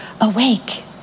awake